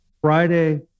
Friday